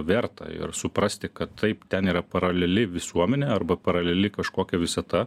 verta ir suprasti kad taip ten yra paraleli visuomenė arba paraleli kažkokia visata